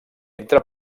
entre